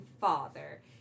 father